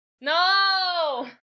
no